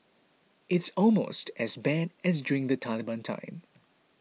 it's almost as bad as during the Taliban time